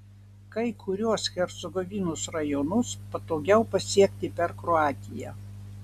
kai kuriuos hercegovinos rajonus patogiau pasiekti per kroatiją